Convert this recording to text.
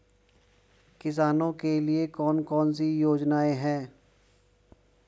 किसानों के लिए कौन कौन सी योजनाएं हैं?